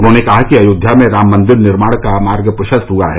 उन्होंने कहा कि अयोध्या में राम मंदिर निर्माण का मार्ग प्रशस्त हआ है